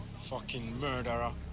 fucking murderer.